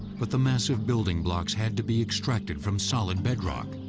but the massive building blocks had to be extracted from solid bedrock.